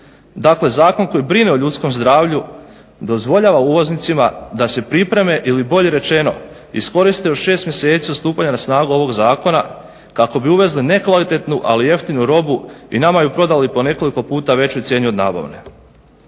Dakle, zakon koji brine o ljudskom zdravlju dozvoljava uvoznicima da se pripreme ili bolje rečeno iskoriste u šest mjeseci od stupanja na snagu ovog zakona kako bi uvezle nekvalitetnu ali jeftinu robu i nama je prodali po nekoliko puta većoj cijeni od nabavne.